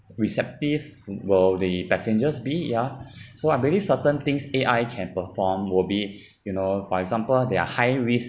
receptive will the passengers be ya so I'm really certain things A_I can perform will be you know for example they are high risk